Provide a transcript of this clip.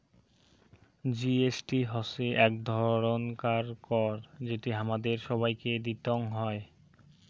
GST হসে এক ধরণকার কর যেটি হামাদের সবাইকে দিতং হই